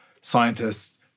scientists